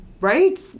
Right